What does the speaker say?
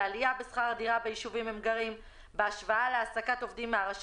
לעלייה בשכר הדירה בישובים בהם הם גרים בהשוואה להעסקת עובדים מהרשות